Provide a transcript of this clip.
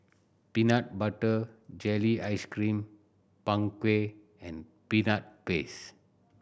peanut butter jelly ice cream Png Kueh and Peanut Paste